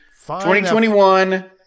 2021